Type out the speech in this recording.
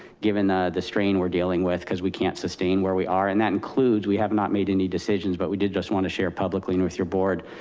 given ah the strain we're dealing with. cause we can't sustain where we are. and that includes we have not made any decisions, but we did just wanna share publicly and with your board,